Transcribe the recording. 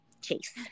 Chase